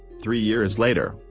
three years later,